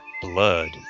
blood